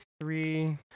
three